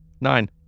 Nine